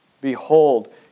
Behold